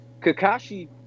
Kakashi